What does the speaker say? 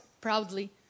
proudly